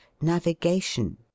navigation